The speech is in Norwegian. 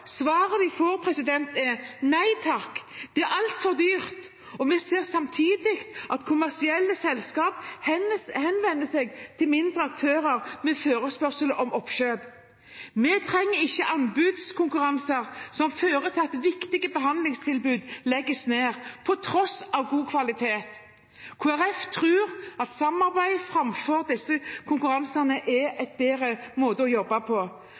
får svaret: Nei takk, det er altfor dyrt. Vi ser samtidig at kommersielle selskaper henvender seg til mindre aktører med forespørsel om oppkjøp. Vi trenger ikke anbudskonkurranser som fører til at viktige behandlingstilbud legges ned på tross av god kvalitet. Kristelig Folkeparti tror at samarbeid, framfor disse konkurransene, er en bedre måte å jobbe på.